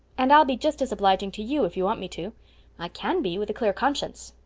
and i'll be just as obliging to you if you want me to i can be, with a clear conscience.